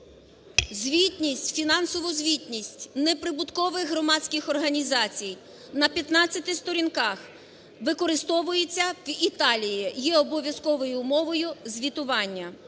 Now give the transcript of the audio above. Звітність. Фінансова звітність неприбуткових громадських організацій на 15 сторінках використовується в Італії, є обов'язковою умовою звітування.